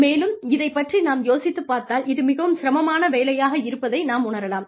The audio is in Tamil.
மேலும் இதைப் பற்றி நாம் யோசித்துப் பார்த்தால் இது மிகவும் சிரமமான வேலையாக இருப்பதை நாம் உணரலாம்